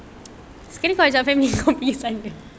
sekali kau ajak family kau pergi sana